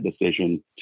decision